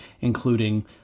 including